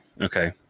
okay